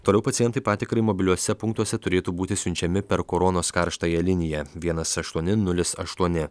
toliau pacientai patikrai mobiliuose punktuose turėtų būti siunčiami per koronos karštąją liniją vienas aštuoni nulis aštuoni